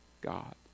God